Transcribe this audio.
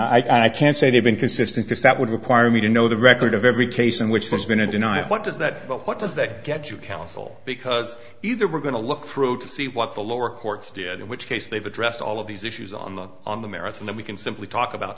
i can't say they've been consistent just that would require me to know the record of every case in which they're going to deny it what does that what does that get you counsel because either we're going to look through to see what the lower courts did in which case they've addressed all of these issues on the on the merits and then we can simply talk about